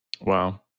Wow